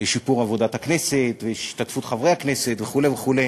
לשיפור עבודת הכנסת והשתתפות חברי הכנסת וכו' וכו'.